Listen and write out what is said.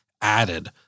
added